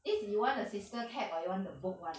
eh you want the sister pack or you want to book [one]